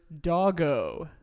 doggo